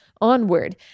onward